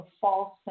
false